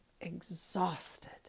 exhausted